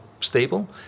stable